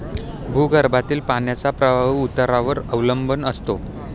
भूगर्भातील पाण्याचा प्रवाह उतारावर अवलंबून असतो